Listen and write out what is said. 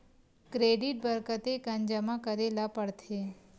Credit बर कतेकन जमा करे ल पड़थे?